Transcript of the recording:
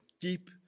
deep